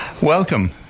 welcome